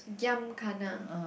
giam kana